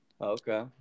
Okay